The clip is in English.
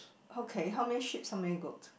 okay how many sheep's are male goat